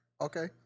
Okay